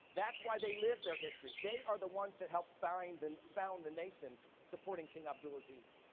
that's why they live their history. they are the ones that helped found and found the nation, supporting king abdulaziz.